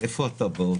איפה הטבעות?